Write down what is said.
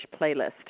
playlist